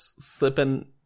Slipping